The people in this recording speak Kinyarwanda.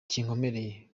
kinkomereye